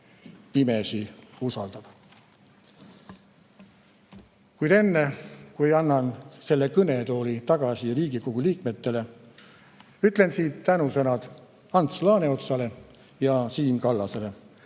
pimesi usaldav. Kuid enne, kui annan selle kõnetooli tagasi Riigikogu liikmetele, ütlen siit tänusõnad Ants Laaneotsale ja Siim Kallasele,